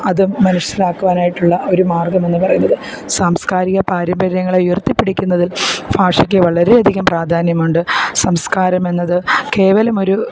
അതും മനസ്സിലാക്കാനായിട്ടുള്ള ഒരു മാർഗ്ഗം എന്നു പറയുന്നത് സാംസ്കാരിക പാരമ്പര്യങ്ങളെ ഉയർത്തിപ്പിടിക്കുന്നതിൽ ഭാഷയ്ക്ക് വളരെയധികം പ്രാധാന്യമുണ്ട് സംസ്കാരമെന്നത് കേവലം ഒരു